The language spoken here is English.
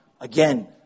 Again